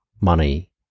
money